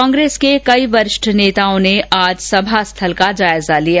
कांग्रेस के कई वरिष्ठ नेताओं ने आज सभा स्थल का जायजा लिया